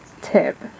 tip